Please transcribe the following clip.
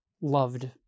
loved